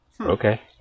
Okay